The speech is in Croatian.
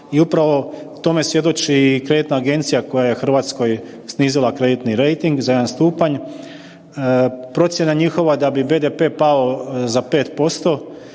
i upravo tome svjedoči i kreditna agencija koja je Hrvatskoj snizila kreditni rejting za jedan stupanj. Procjena njihova da bi BDP pao za 5%,